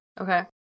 Okay